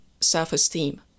self-esteem